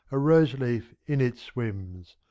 a rose-leaf, in it swims,